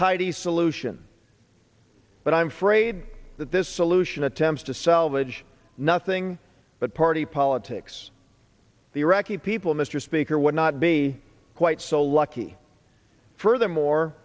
tidy solution but i'm afraid that this solution attempts to salvage nothing but party politics the iraqi people mr speaker would not be quite so lucky for are there more